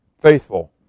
Faithful